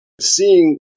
seeing